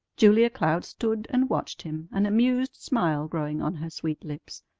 julia cloud stood and watched him, an amused smile growing on her sweet lips.